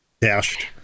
dashed